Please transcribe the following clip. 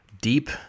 deep